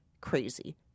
crazy